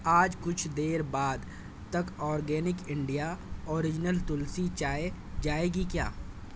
آج کچھ دیر بعد تک اورگینک انڈیا اوریجنل تلسی چائے جائے گی کیا